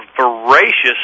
voracious